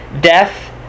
death